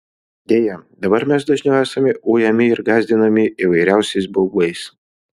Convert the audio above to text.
deja dabar mes dažniau esame ujami ir gąsdinami įvairiausiais baubais